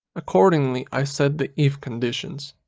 accordingly i set the if conditions.